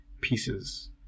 pieces